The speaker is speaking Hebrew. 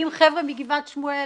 עם חבר'ה מגבעת שמואל